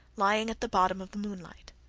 lying at the bottom of the moonlight.